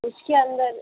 उसके अंदर